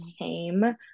came